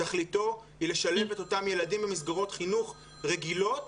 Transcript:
תכליתו היא לשלב את אותם הילדים במסגרות חינוך רגילות,